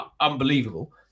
unbelievable